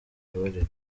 akabariro